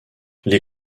les